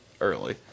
early